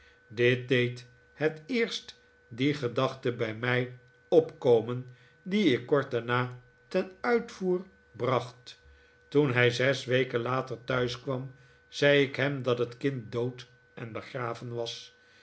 deed het eerst die gedachte bij mij opkomen die ik kort daarna ten uitvoer bracht toen hij zes weken later thuis kwam zei ik hem dat het kind dood en begraven was